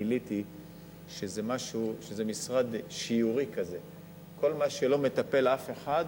גיליתי שזה משרד שכל מה שלא מטפל בו אף אחד,